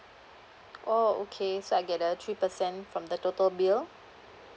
oh okay so I get a three percent from the total bill